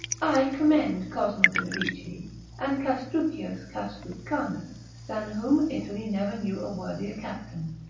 i commend cosmo de medici and castruccius castrucanus, than whom italy never knew a worthier captain,